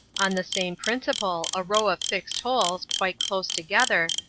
on the same principle a row of fixed holes, quite close together,